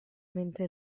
mentre